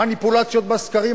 מניפולציות בסקרים,